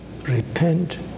Repent